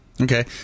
Okay